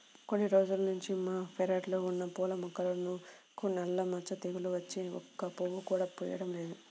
కొన్ని రోజుల్నుంచి మా పెరడ్లో ఉన్న పూల మొక్కలకు నల్ల మచ్చ తెగులు వచ్చి ఒక్క పువ్వు కూడా పుయ్యడం లేదు